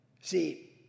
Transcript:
See